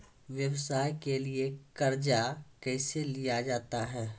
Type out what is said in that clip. व्यवसाय के लिए कर्जा कैसे लिया जाता हैं?